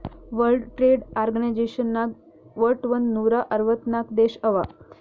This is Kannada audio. ವರ್ಲ್ಡ್ ಟ್ರೇಡ್ ಆರ್ಗನೈಜೇಷನ್ ನಾಗ್ ವಟ್ ಒಂದ್ ನೂರಾ ಅರ್ವತ್ ನಾಕ್ ದೇಶ ಅವಾ